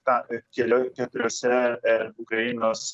tą kelio keturiose e ukrainos